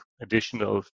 additional